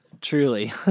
Truly